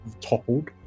toppled